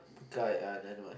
guy another mind